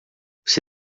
você